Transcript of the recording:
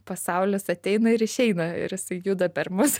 pasaulis ateina ir išeina ir juda per mus